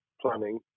planning